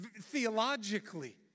theologically